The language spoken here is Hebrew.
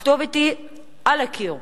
הכתובת היא על הקיר.